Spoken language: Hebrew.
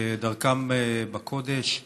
כדרכם בקודש,